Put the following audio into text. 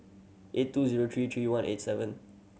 eight two zero three three one eight seven